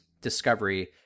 Discovery